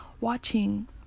watching